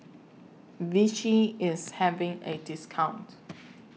Vichy IS having A discount